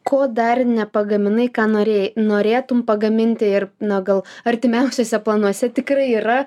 ko dar nepagaminai ką norėjai norėtum pagaminti ir na gal artimiausiuose planuose tikrai yra